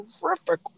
terrific